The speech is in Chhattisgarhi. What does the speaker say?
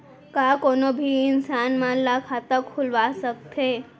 का कोनो भी इंसान मन ला खाता खुलवा सकथे?